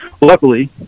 luckily